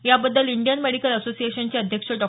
याबद्दल Indian medical असोसिएशनचे अध्यक्ष डॉ